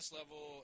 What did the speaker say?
level